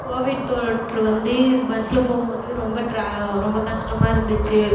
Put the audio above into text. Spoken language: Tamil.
கோவிட் தொற்று வந்து பஸ்ஸில் போகும்மோது வந்து ரொம்ப ட்ரா ரொம்ப கஷ்டமாக இருந்துச்சு